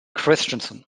christensen